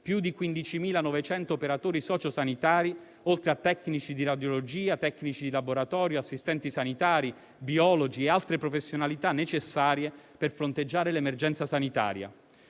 più di 15.900 operatori socio-sanitari, oltre a tecnici di radiologia e di laboratorio, assistenti sanitari, biologi e altre professionalità necessarie per fronteggiare l'emergenza sanitaria).